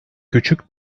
küçük